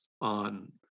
on